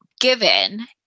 given